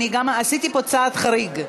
עשיתי פה צעד חריג.